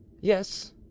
Yes